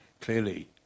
clearly